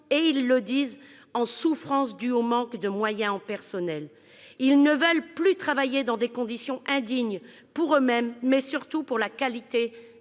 Ils sont en souffrance, en raison du manque de moyens en personnel ; ils ne veulent plus travailler dans des conditions indignes, pour eux-mêmes, mais surtout pour la qualité